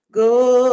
go